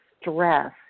stress